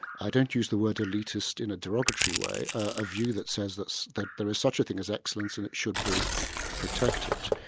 i don't use the word elitist in a derogatory way, a view that says that there is such a thing as excellence and should be protected.